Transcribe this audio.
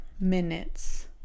Minutes